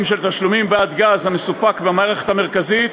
(תשלומים בעד גז המסופק במערכת המרכזית),